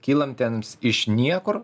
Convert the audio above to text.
kylantiems iš niekur